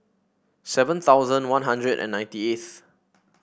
seven thousand One Hundred and ninety eighth